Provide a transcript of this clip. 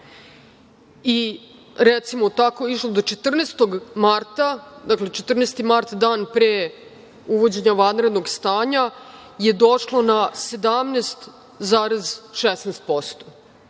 Recimo, tako je išlo do 14. marta, dakle, 14. mart dan pre uvođenja vanrednog stanja je došlo na 17,16%.Dakle,